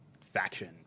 faction